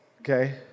okay